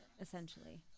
essentially